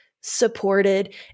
supported